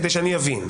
כדי שאני אבין.